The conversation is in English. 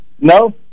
No